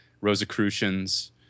rosicrucians